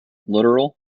literal